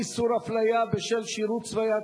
איסור הפליה בשל שירות צבאי),